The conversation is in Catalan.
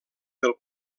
del